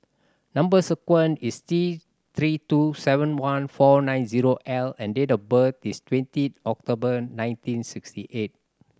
number sequence is T Three two seven one four nine zero L and date of birth is twenty October ninety sixty eight